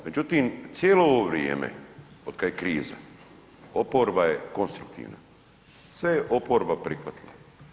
Međutim, cijelo ovo vrijeme od kada je kriza oporba je konstruktivna, sve je oporba prihvatila.